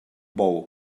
bou